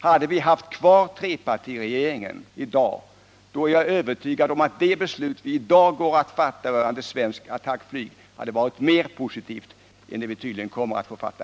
Hade vi i dag haft kvar trepartiregeringen, är jag övertygad om att det beslut som vi i dag kommer att fatta rörande svenskt attackflyg hade varit mer positivt än det vi tydligen kommer att fatta.